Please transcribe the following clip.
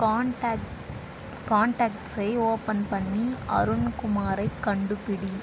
contact கான்டாக்ட்ஸை open பண்ணி அருண்குமாரைக் கண்டுபிடி